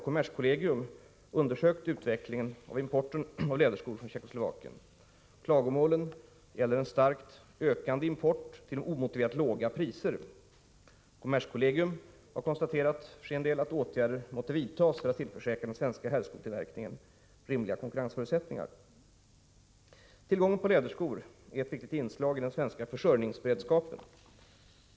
kommerskollegium undersökt utvecklingen av importen av läderskor från Tjeckoslovakien. Klagomålen gäller en starkt ökande import till omotiverat låga priser. Kommerskollegium har konstaterat att åtgärder måtte vidtas för att tillförsäkra den svenska herrskotillverkningen rimliga konkurrensförutsättningar. Tillgången på läderskor är ett viktigt inslag i den svenska försörjningsberedskapen.